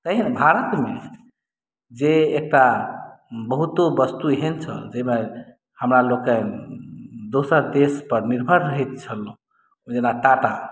एहि भारतमे जे एकटा बहुत वस्तु एहन छल जाहिमे हमरा लोकनि दोसर देशपर निर्भर रहैत छलहुँ जेना टाटा